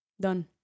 Done